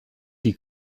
die